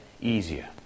easier